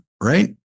right